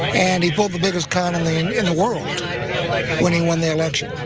and he pulled the biggest con and and in the world when he won the election.